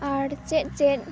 ᱟᱨ ᱪᱮᱫ ᱪᱮᱫ